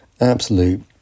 absolute